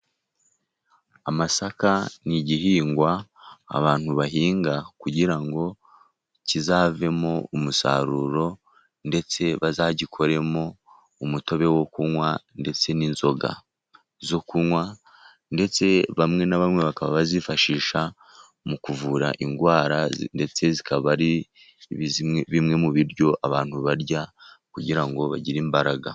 Amasaka ni igihingwa abantu bahinga kugira ngo kizavemo umusaruro, ndetse bazagikoremo umutobe wo kunywa ndetse n'inzoga zo kunywa, ndetse bamwe na bamwe bakaba bayifashisha mu kuvura indwara, ndetse bikaba ari bimwe mu biryo abantu barya kugira ngo bagire imbaraga.